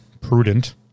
prudent